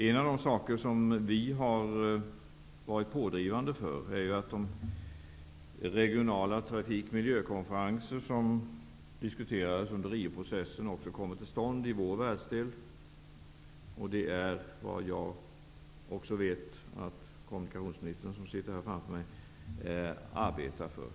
En av de saker som vi har varit pådrivande för är att de regionala trafik och miljökonferenser som diskuterades under Rioprocessen också kommer till stånd i vår världsdel. Det är vad jag också vet att kommunikationsministern, som sitter framför mig, arbetar för.